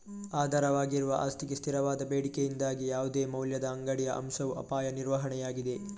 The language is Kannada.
ಆಧಾರವಾಗಿರುವ ಆಸ್ತಿಗೆ ಸ್ಥಿರವಾದ ಬೇಡಿಕೆಯಿಂದಾಗಿ ಯಾವುದೇ ಮೌಲ್ಯದ ಅಂಗಡಿಯ ಅಂಶವು ಅಪಾಯ ನಿರ್ವಹಣೆಯಾಗಿದೆ